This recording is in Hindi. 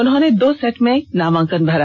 उन्होंने दो सेट में नामांकन भरा